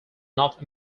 north